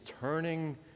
turning